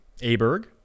Aberg